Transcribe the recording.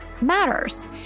matters